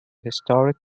historic